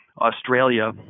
australia